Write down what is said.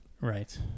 Right